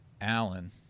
Allen